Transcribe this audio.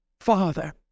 Father